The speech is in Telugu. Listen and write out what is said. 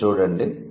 దీన్ని చూడండి